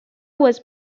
was